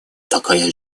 такая